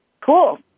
Cool